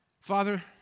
Father